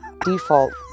default